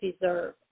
deserve